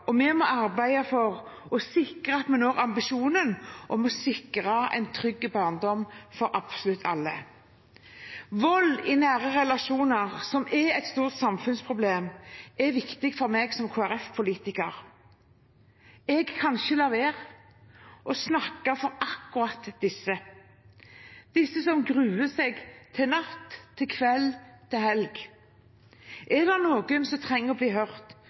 og vi må arbeide for at vi når ambisjonen om å sikre en trygg barndom for absolutt alle. Vold i nære relasjoner, som er et stort samfunnsproblem, er viktig for meg som Kristelig Folkeparti-politiker. Jeg kan ikke la være å snakke for akkurat disse – disse som gruer seg til natt, til kveld, til helg. Er det noen som trenger å bli hørt,